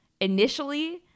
initially